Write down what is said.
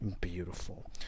beautiful